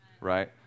Right